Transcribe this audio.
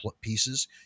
pieces